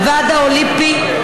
לוועד האולימפי,